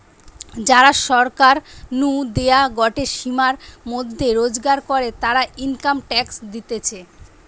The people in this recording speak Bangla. যারা সরকার নু দেওয়া গটে সীমার মধ্যে রোজগার করে, তারা ইনকাম ট্যাক্স দিতেছে